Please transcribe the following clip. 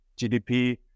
GDP